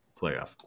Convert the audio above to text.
playoff